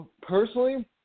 personally